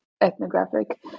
ethnographic